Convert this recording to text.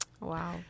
Wow